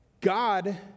God